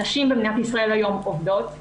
נשים במדינת ישראל היום עובדות.